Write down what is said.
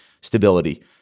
stability